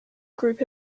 group